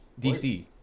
DC